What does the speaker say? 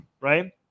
right